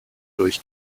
durch